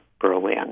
Berlin